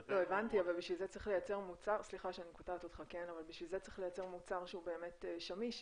מבחינתנו --- הבנתי אבל בשביל זה צריך לייצר מוצר שהוא באמת שמיש.